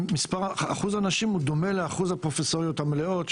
אחוז הנשים הוא דומה לאחוז הפרופסוריות המלאות,